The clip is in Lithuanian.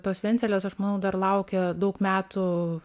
tos vienintelės aš manau dar laukia daug metų